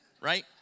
Right